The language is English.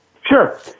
Sure